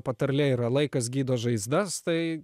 patarlė yra laikas gydo žaizdas tai